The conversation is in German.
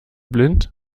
blind